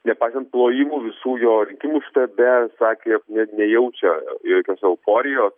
nepaisant plojimų visų jo rinkimų štabe sakė jog ne nejaučia jokios euforijos